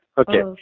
okay